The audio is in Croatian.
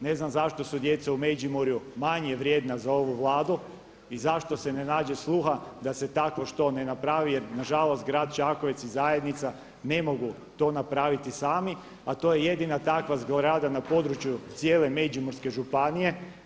Ne znam zašto su djeca u Međimurju manje vrijedna za ovu Vladu i zašto se ne nađe sluha da se takvo što ne napravi, jer na žalost grad Čakovec i zajednica ne mogu to napraviti sami, a to je jedina takva zgrada na području cijele Međimurske županije.